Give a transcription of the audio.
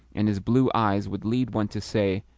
and his blue eyes would lead one to say,